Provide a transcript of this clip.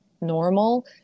normal